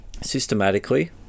systematically